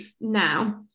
now